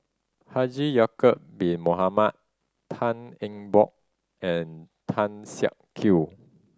Haji Ya'acob Bin Mohamed Tan Eng Bock and Tan Siak Kew